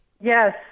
Yes